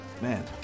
man